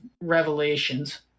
Revelations